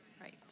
Right